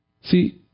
See